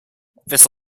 this